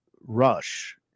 rush